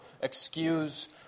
excuse